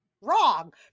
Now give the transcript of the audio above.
wrong